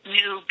new